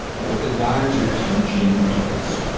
what the guides are teaching is